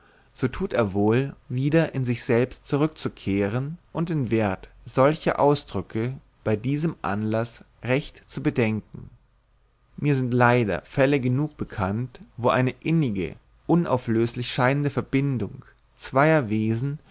so tut er wohl wieder in sich selbst zurückzukehren und den wert solcher ausdrücke bei diesem anlaß recht zu bedenken mir sind leider fälle genug bekannt wo eine innige unauflöslich scheinende verbindung zweier wesen